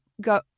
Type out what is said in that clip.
go